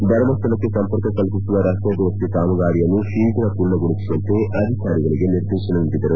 ಧರ್ಮಸ್ವಳಕ್ಕೆ ಸಂಪರ್ಕ ಕಲ್ಪಿಸುವ ರಸ್ತೆ ದುರಸ್ತಿ ಕಾಮಗಾರಿಯನ್ನು ಶೀಘ್ ಪೂರ್ಣಗೊಳಿಸುವಂತೆ ಅಧಿಕಾರಿಗಳಿಗೆ ನಿರ್ದೇಶನ ನೀಡಿದರು